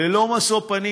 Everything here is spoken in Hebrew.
ללא משוא פנים,